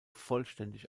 vollständig